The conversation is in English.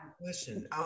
question